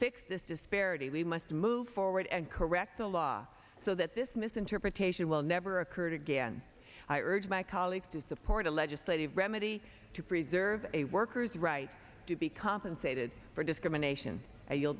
fix this disparity lead must move forward and correct the law so that this misinterpretation will never occurred again i urge my colleagues to support a legislative remedy to preserve a worker's right to be compensated for discrimination